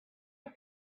had